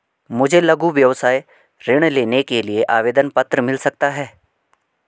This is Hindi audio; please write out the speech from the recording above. मुझे लघु व्यवसाय ऋण लेने के लिए आवेदन पत्र मिल सकता है?